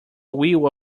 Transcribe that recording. wheel